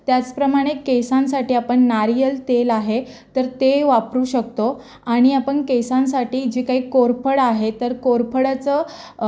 त्याचप्रमाणे केसांसाठी आपण नारियल तेल आहे तर ते वापरू शकतो आणि आपण केसांसाठी जी काही कोरफड आहे तर कोरफडाचं